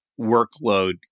workload